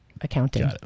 accounting